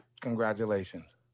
Congratulations